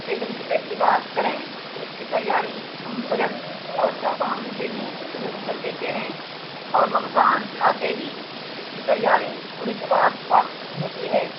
عید الفطر کی بات کریں تو اس کی تیاری ہم رجب اور شعبان سے ہی شروع کر دیتے ہیں اور رمضان آتے ہی اس کی تیاری پورے شباب پر ہوتی ہے